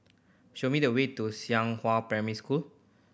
show me the way to Xinghua Primary School